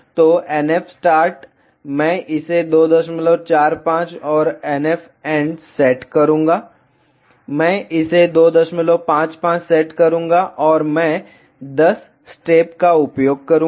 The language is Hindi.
तो NF स्टार्ट मैं इसे 245 और NF एंड सेट करूंगा मैं इसे 255 सेट करूंगा और मैं 10 स्टेप का उपयोग करूंगा